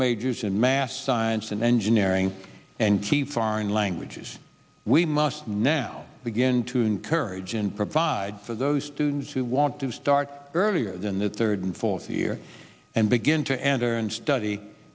majors in mass science and engineering and key foreign languages we must now begin to encourage and provide for those students who want to start earlier than the third fourth year and begin to enter and study